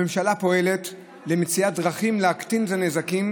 הממשלה פועלת למציאת דרכים להקטין את הנזקים